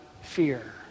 fear